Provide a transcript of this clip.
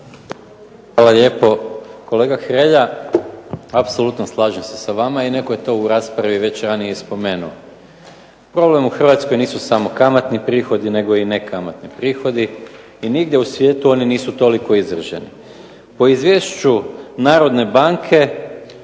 Hvala lijepo. Kolega Hrelja apsolutno slažem se sa vama i netko je to u raspravi već ranije i spomenuo. Problem u Hrvatskoj nisu samo kamatni prihodi nego i nekamatni prihodi. I nigdje u svijetu oni nisu toliko izraženi. Po izvješću Narodne banke